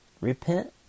Repent